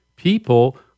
People